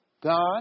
God